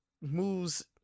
moves